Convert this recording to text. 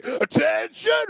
Attention